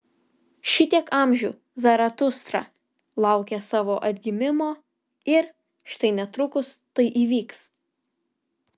šitiek amžių zaratustra laukė savo atgimimo ir štai netrukus tai įvyks